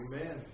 Amen